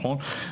נכון?